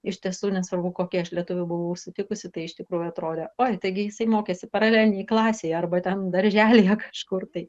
iš tiesų nesvarbu kokį aš lietuvį buvau sutikusi tai iš tikrųjų atrodė oi taigi jisai mokėsi paralelinėj klasėje arba ten darželyje kažkur tai